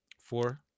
Four